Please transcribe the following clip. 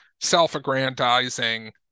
self-aggrandizing